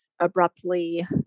abruptly